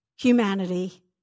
Humanity